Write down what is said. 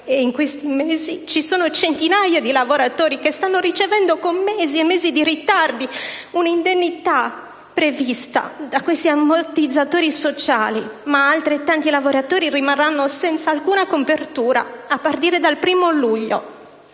In questi mesi ci sono centinaia di lavoratori che stanno ricevendo con mesi e mesi di ritardo le indennità previste dagli ammortizzatori sociali e altrettanti lavoratori rimarranno senza alcuna copertura a partire dal 1° luglio.